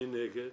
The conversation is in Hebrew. מי נגד?